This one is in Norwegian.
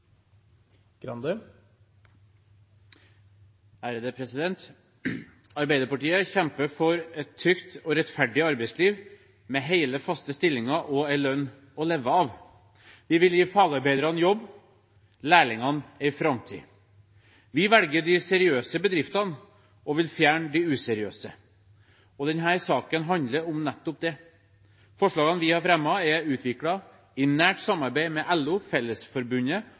Arbeiderpartiet kjemper for et trygt og rettferdig arbeidsliv med hele, faste stillinger og en lønn å leve av. Vi vil gi fagarbeiderne jobb og lærlingene en framtid. Vi velger de seriøse bedriftene og vil fjerne de useriøse – og denne saken handler om nettopp det. Forslagene vi har fremmet, er utviklet i nært samarbeid med LO, Fellesforbundet